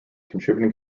contributing